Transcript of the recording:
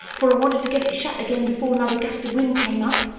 for i wanted to get it shut again before another gust of wind came up,